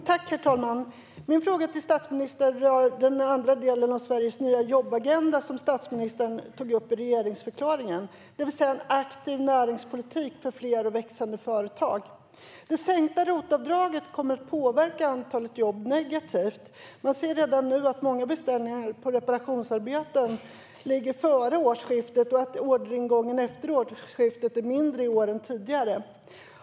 Herr talman! Min fråga till statsministern rör den andra delen av Sveriges nya jobbagenda som statsministern tog upp i regeringsförklaringen, det vill säga en aktiv näringspolitik för fler och växande företag. Det sänkta ROT-avdraget kommer att påverka antalet jobb negativt. Man ser redan nu att många beställningar på reparationsarbeten ligger före årsskiftet och att orderingången efter årsskiftet är mindre i år än tidigare.